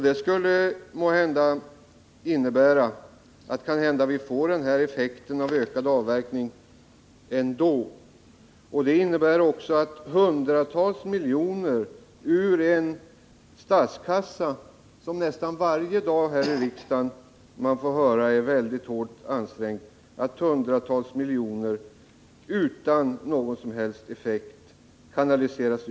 Det skulle måhända innebära att vi ändå får den här effekten av en ökning av avverkningen, vilket skulle betyda att utan någon som helst effekt hundratals miljoner kronor kanaliseras till skogsägarna ur en statskassa om vilken vi nästan dagligen hör att den är mycket hårt ansträngd.